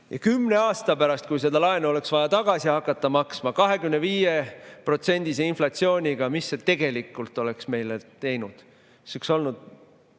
Kümne aasta pärast, kui seda laenu oleks vaja olnud tagasi hakata maksma 25%‑lise inflatsiooniga, siis mis see tegelikult oleks meile teinud? See oleks olnud